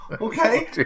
Okay